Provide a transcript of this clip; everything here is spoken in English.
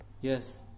Yes